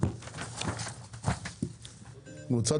קבוצת